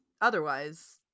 otherwise